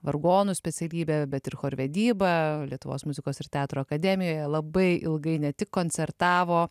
vargonų specialybę bet ir chorvedybą lietuvos muzikos ir teatro akademijoje labai ilgai ne tik koncertavo